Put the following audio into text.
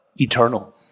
eternal